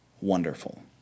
wonderful